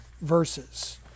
verses